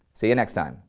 see you next time!